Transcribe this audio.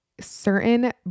certain